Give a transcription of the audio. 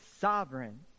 sovereign